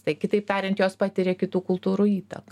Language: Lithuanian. tai kitaip tariant jos patiria kitų kultūrų įtaką